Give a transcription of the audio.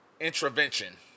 intervention